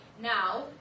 Now